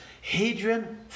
hadrian